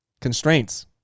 Constraints